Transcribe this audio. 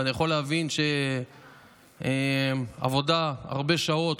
ואני יכול להבין שעבודה של הרבה שעות,